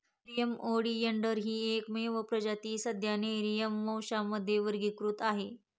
Nerium oleander ही एकमेव प्रजाती सध्या नेरिअम वंशामध्ये वर्गीकृत आहे